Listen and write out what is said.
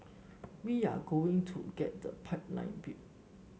we are going to get the pipeline built